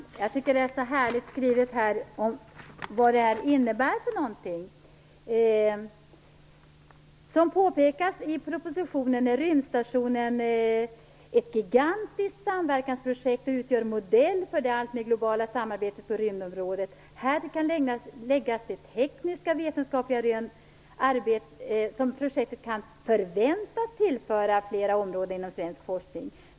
Herr talman! I betänkandet finns det en så härlig skrivning om vad detta innebär: "Som påpekas i propositionen är rymdstationen ett gigantiskt samverkansprojekt och utgör modell för det allmer globala samarbetet på rymdområdet. Härtill kan läggas de tekniska och vetenskapliga rön som projektet kan förväntas tillföra flera områden inom svensk forskning.